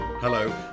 Hello